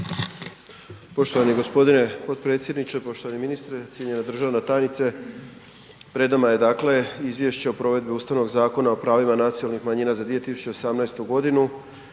Poštovani gospodine potpredsjedniče, poštovani ministre, cijenjena državna tajnice pred nama je dakle Izvješće o provedbi Ustavnog zakona o pravima nacionalnih manjina za 2018. godinu,